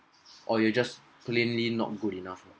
or you are just plainly not good enough